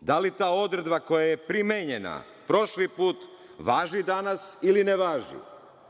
Da li ta odredba koja je primenjena prošli put važi danas ili ne važi? Ako